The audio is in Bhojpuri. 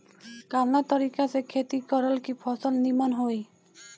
कवना तरीका से खेती करल की फसल नीमन होई?